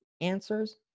answers